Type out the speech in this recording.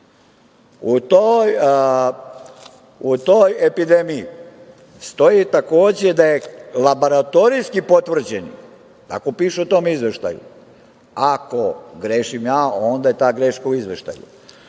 U toj epidemiji stoji takođe da je laboratorijski potvrđenih, tako piše u tom izveštaju, ako grešim ja onda je ta greška u izveštaju,